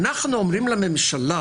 אנחנו אומרים לממשלה